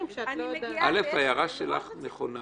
ההערה שלך נכונה.